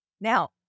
Now